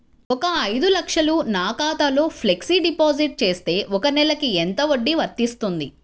ఒక ఐదు లక్షలు నా ఖాతాలో ఫ్లెక్సీ డిపాజిట్ చేస్తే ఒక నెలకి ఎంత వడ్డీ వర్తిస్తుంది?